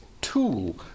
tool